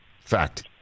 Fact